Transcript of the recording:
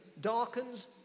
darkens